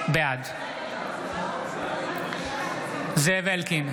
בעד זאב אלקין,